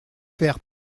faire